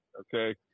okay